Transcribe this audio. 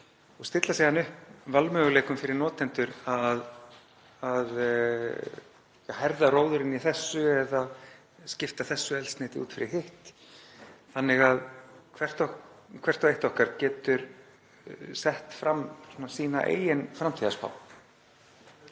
og stilla síðan upp valmöguleikum fyrir notendur, herða róðurinn í þessu eða skipta þessu eldsneyti út fyrir hitt, svo hvert og eitt okkar geti sett fram sína eigin framtíðarspá.